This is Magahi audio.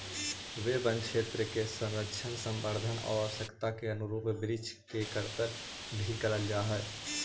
वे वनक्षेत्र के संरक्षण, संवर्धन आउ आवश्यकता के अनुरूप वृक्ष के कर्तन भी करल जा हइ